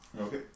okay